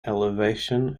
elevation